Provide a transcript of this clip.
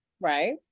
Right